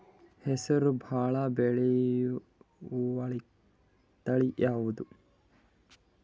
ಹೆಸರು ಭಾಳ ಬೆಳೆಯುವತಳಿ ಯಾವದು?